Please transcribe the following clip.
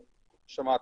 ההקשבה.